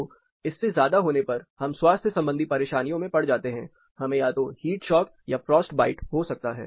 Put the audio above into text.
तो इससे ज्यादा होने पर हम स्वास्थ्य संबंधी परेशानियों में पड़ जाते हैं हमें या तो हीट शॉक या फ्रास्ट बाइट हो सकता है